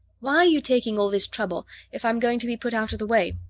why are you taking all this trouble if i'm going to be put out of the way?